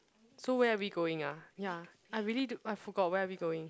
so where are we going ah ya I really d~ I forgot where are we going